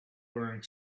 wearing